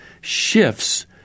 shifts